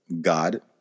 God